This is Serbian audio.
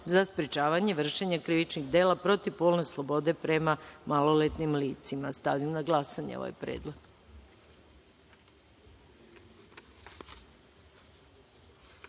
za sprečavanje vršenja krivičnih dela protiv polne slobode prema maloletnim licima. Stavljam na glasanje ovaj